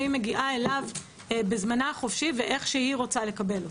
והיא מגיעה אליו בזמנה החופשי ואיך שהיא רוצה לקבל אותו.